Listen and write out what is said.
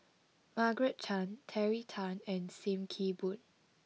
Margaret Chan Terry Tan and Sim Kee Boon